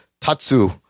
Tatsu